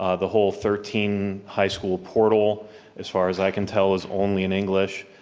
ah the whole thirteen high school portal as far as i can tell, is only in english.